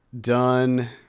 done